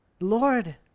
Lord